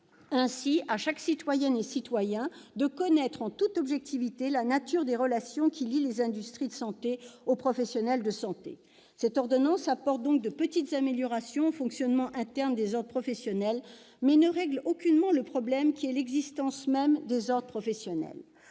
ainsi à chaque citoyenne et citoyen de connaître en toute objectivité la nature des relations qui lient les industries de santé aux professionnels de santé. Cette ordonnance apporte donc de petites améliorations au fonctionnement interne des ordres professionnels, mais ne règle aucunement le problème, à savoir l'existence même des ordres professionnels.